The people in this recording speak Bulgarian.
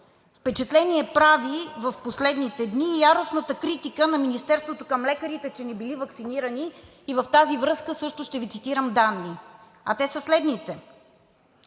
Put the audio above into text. Впечатление прави в последните дни яростната критика на Министерството към лекарите, че не били ваксинирани, и в тази връзка също ще Ви цитирам данни, а те са следните: